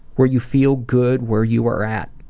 where you feel good where you are at?